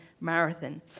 marathon